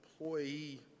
employee